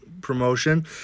promotion